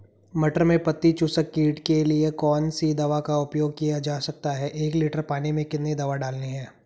मटर में पत्ती चूसक कीट के लिए कौन सी दवा का उपयोग किया जा सकता है एक लीटर पानी में कितनी दवा डालनी है?